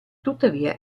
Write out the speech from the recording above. tuttavia